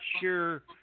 sure